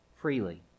freely